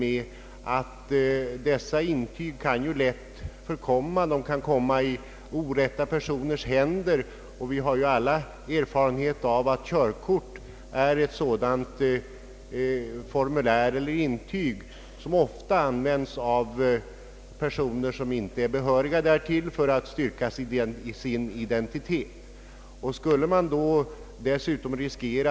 Man måste t.ex. förutsätta att intyget lätt förkommer, och vi har alla erfarenheter av att körkort är ett sådant intyg som ofta används av obehöriga såsom identifikationshandling.